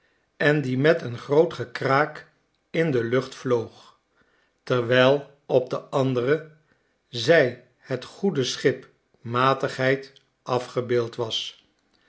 en die met een groot gekraak in de lucht vloog terwijl op de andere zij het goede schip matigheid afgebeeld was